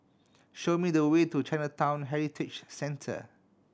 show me the way to Chinatown Heritage Centre